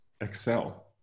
Excel